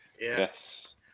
Yes